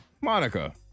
Monica